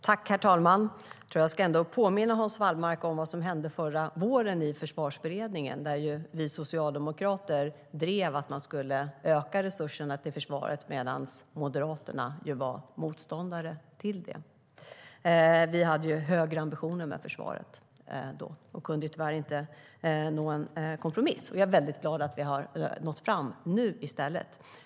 Herr talman! Jag tror att jag ska påminna Hans Wallmark om vad som hände förra våren i Försvarsberedningen. Vi socialdemokrater drev att man skulle öka resurserna till försvaret medan Moderaterna var motståndare till det. Vi hade då högre ambitioner med försvaret men kunde tyvärr inte nå en kompromiss. Jag är glad att vi nu har nått fram till det.